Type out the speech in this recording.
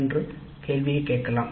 என்ற கேள்வி கேட்கலாம்